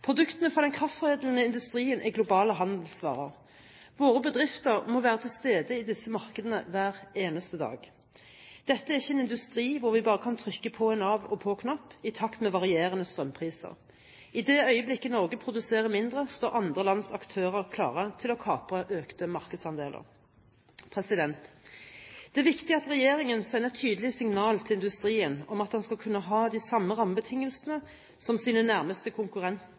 Produktene fra den kraftforedlende industrien er globale handelsvarer. Våre bedrifter må være til stede i disse markedene hver eneste dag. Dette er ikke en industri hvor vi bare kan trykke på en av- og på-knapp i takt med varierende strømpriser. I det øyeblikket Norge produserer mindre, står andre lands aktører klare til å kapre økte markedsandeler. Det er viktig at regjeringen sender et tydelig signal til industrien om at den skal kunne ha de samme rammebetingelsene som sine nærmeste